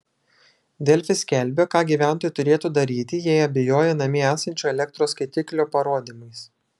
delfi skelbė ką gyventojai turėtų daryti jei abejoja namie esančio elektros skaitiklio parodymais